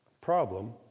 problem